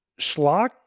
schlock